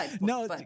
no